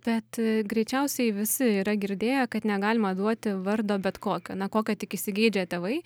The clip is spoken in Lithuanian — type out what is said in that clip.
bet greičiausiai visi yra girdėję kad negalima duoti vardo bet kokio na kokio tik įsigeidžia tėvai